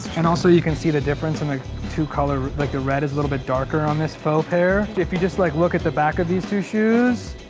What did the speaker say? and also you can see the difference in the two colors, like the red is a little bit darker on this faux pair. if you just like look at the back of these two shoes,